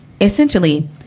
essentially